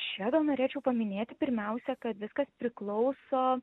čia gal norėčiau paminėti pirmiausia kad viskas priklauso